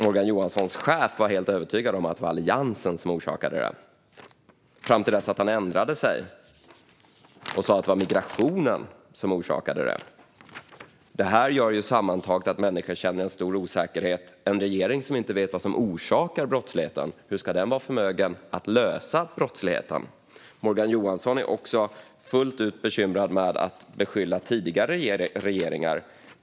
Morgan Johanssons chef var helt övertygad om att det var Alliansen som orsakade det, tills han ändrade sig och sa att det var migrationen. Detta gör sammantaget att människor känner en stor osäkerhet. Hur ska en regering som inte vet vad som orsakar brottsligheten vara förmögen att lösa den? Morgan Johansson har också fullt upp med att skylla på tidigare regeringar.